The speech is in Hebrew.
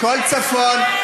הכול צפון.